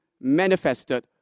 manifested